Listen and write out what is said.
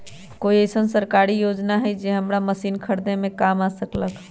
कोइ अईसन सरकारी योजना हई जे हमरा मशीन खरीदे में काम आ सकलक ह?